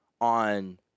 on